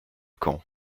quand